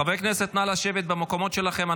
חברי הכנסת, נא לשבת במקומות שלכם.